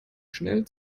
schnell